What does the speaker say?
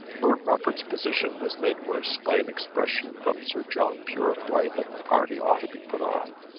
lord rufford's position was made worse by an expression from sir john purefoy that the party ought to be put off.